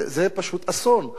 זה פשוט אסון.